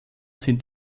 sind